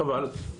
חבל.